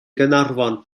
gaernarfon